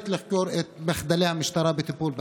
לחקור את מחדלי המשטרה לטיפול בפשיעה.